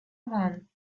one